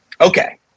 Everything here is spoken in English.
Okay